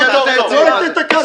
אתה אמור לתת לו, מה זה?